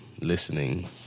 listening